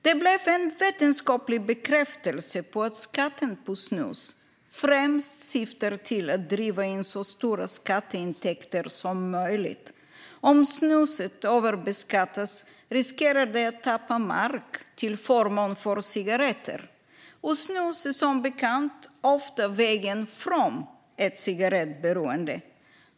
Det blev en vetenskaplig bekräftelse på att skatten på snus främst syftar till att driva in så stora skatteintäkter som möjligt. Om snuset överbeskattas riskerar det att tappa mark till förmån för cigaretter. Men snus är som bekant ofta vägen från ett cigarettberoende.